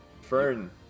Fern